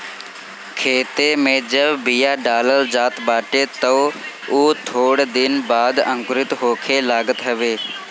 खेते में जब बिया डालल जात बाटे तअ उ थोड़ दिन बाद अंकुरित होखे लागत हवे